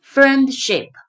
Friendship